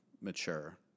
mature